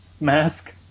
mask